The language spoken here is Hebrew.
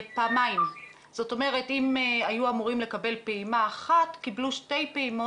כמובן שאשמח לקבל את הפרטים אחר כך דרך המזכירה ואבדוק מה עם אותה אישה.